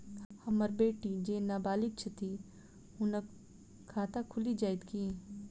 हम्मर बेटी जेँ नबालिग छथि हुनक खाता खुलि जाइत की?